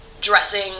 dressing